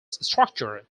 structure